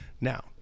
Now